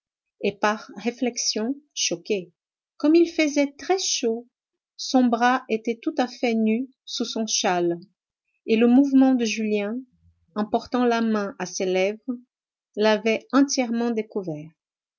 et par réflexion choquée comme il faisait très chaud son bras était tout à fait nu sous son châle et le mouvement de julien en portant la main à ses lèvres l'avait entièrement découvert